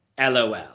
lol